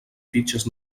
fitxes